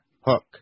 Hook